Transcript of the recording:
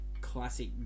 classic